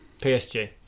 PSG